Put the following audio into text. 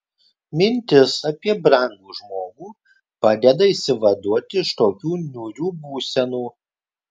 mintis apie brangų žmogų padeda išsivaduoti iš tokių niūrių būsenų